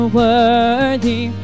worthy